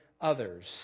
others